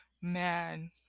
Man